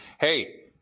hey